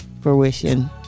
fruition